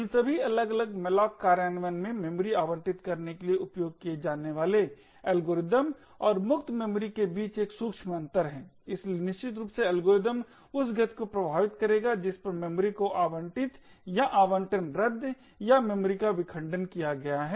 इन सभी अलग अलग मॉलोक कार्यान्वयन में मेमोरी आवंटित करने के लिए उपयोग किए जाने वाले एल्गोरिदमऔर मुक्त मेमोरी के बीच एक सूक्ष्म अंतर है इसलिए निश्चित रूप से एल्गोरिदम उस गति को प्रभावित करेगा जिस पर मेमोरी को आवंटित या आवंटन रद्द या मेमोरी का विखंडन किया गया है